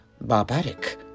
barbaric